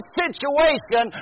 situation